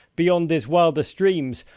beyond his wildest dreams.